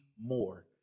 more